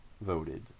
voted